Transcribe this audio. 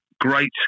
great